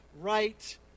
right